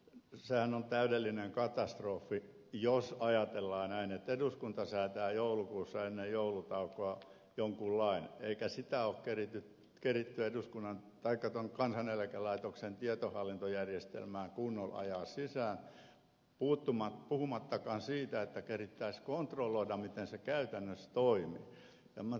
sehän on täydellinen katastrofi jos ajatellaan näin että eduskunta säätää joulukuussa ennen joulutaukoa jonkin lain eikä sitä ole keritty kansaneläkelaitoksen tietohallintojärjestelmään kunnolla ajaa sisään puhumattakaan siitä että kerittäisiin kontrolloida miten se käytännössä toimii